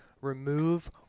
remove